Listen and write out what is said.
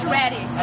ready